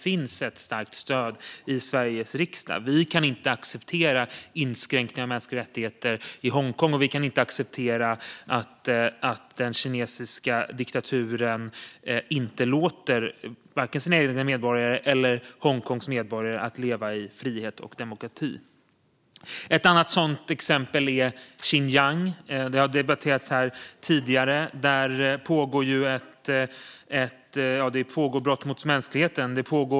Vi kan inte acceptera inskränkningar av mänskliga rättigheter i Hongkong, och vi kan inte acceptera att den kinesiska diktaturen inte låter vare sig sina egna medborgare eller Hongkongs medborgare leva i frihet och demokrati. Ett annat sådant exempel är Xinjiang, som har debatterats här tidigare. Där pågår brott mot mänskligheten.